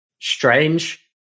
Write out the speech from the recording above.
strange